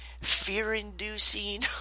fear-inducing